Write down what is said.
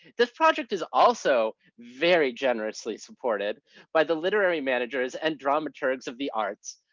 the project is also very generously supported by the literary managers and dramaturgs of the arts,